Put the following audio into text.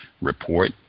report